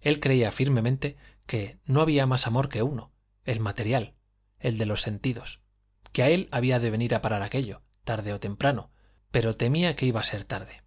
él creía firmemente que no había más amor que uno el material el de los sentidos que a él había de venir a parar aquello tarde o temprano pero temía que iba a ser tarde